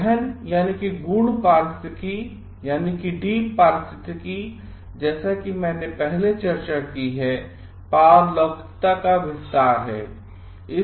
गहन गूढ़ पारिस्थितिकी जैसा कि मैंने पहले ही चर्चा की है पारलौकिकता का विस्तार है